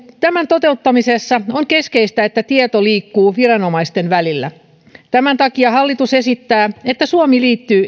tämän toteuttamisessa on keskeistä että tieto liikkuu viranomaisten välillä tämän takia hallitus esittää että suomi liittyy